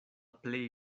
plej